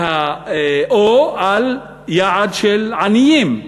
או על יעד של עניים,